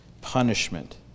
punishment